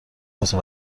واسه